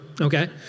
Okay